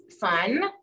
fun